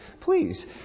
please